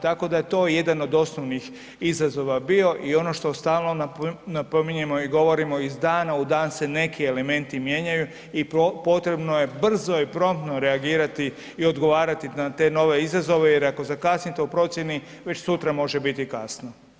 Tako da je to jedan od osnovnih izazova bio i ono što stalno napominjemo i govorimo, iz dana u dan se neki elementi mijenjaju i potrebno je brzo i promptno reagirati i odgovarati na te nove izazove jer ako zakasnite u procjeni, već sutra može biti kasno.